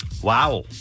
Wow